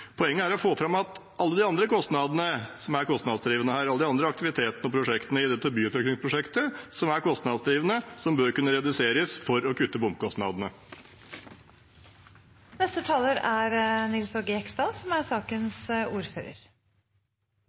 Poenget er å få fram at alle de andre kostnadene – alle de andre aktivitetene og prosjektene i dette byutviklingsprosjektet, som er kostnadsdrivende – bør kunne reduseres for å kutte bomkostnadene. Jeg tenkte jeg skulle takke for en god debatt. Det er